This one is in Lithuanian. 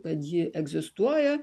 kad ji egzistuoja